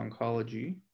Oncology